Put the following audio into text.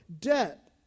debt